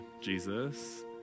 Jesus